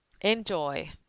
Enjoy